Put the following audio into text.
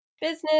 business